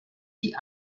die